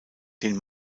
den